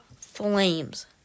Flames